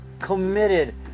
committed